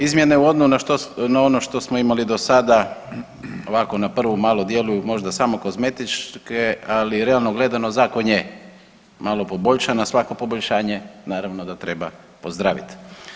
Izmjene u .../nerazumljivo/... na ono što smo imali do sada ovako na prvu malo djeluju možda samo kozmetičke, ali realno gledano, Zakon je malo poboljšan, a svako poboljšanje naravno da treba pozdraviti.